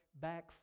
back